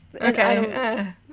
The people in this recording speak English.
Okay